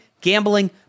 gambling